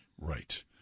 Right